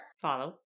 follow